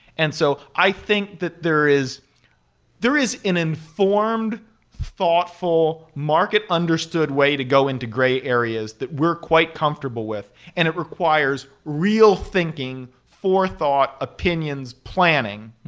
and so i think that there is there is an informed thoughtful market understood way to go into gray areas that we're quite comfortable with and it requires real thinking, forethought opinions planning.